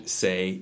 say